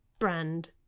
brand